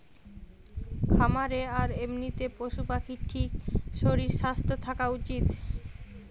খামারে আর এমনিতে পশু পাখির ঠিক শরীর স্বাস্থ্য থাকা উচিত